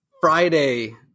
Friday